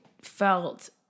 felt